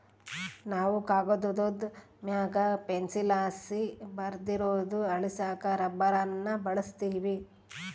ನಾವು ಕಾಗದುದ್ ಮ್ಯಾಗ ಪೆನ್ಸಿಲ್ಲಾಸಿ ಬರ್ದಿರೋದ್ನ ಅಳಿಸಾಕ ರಬ್ಬರ್ನ ಬಳುಸ್ತೀವಿ